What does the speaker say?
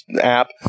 app